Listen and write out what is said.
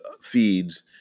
feeds